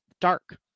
dark